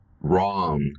wrong